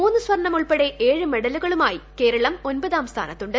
മൂന്നു സ്വർണ്ണം ഉൾപ്പെടെ ഏഴ് മെഡലുകളുമായി കേരളം ഒൻപതാം സ്ഥാനത്തു്